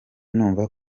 numva